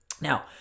Now